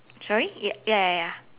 sorry y~ ya ya ya